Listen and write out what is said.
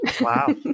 wow